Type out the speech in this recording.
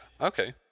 okay